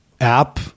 app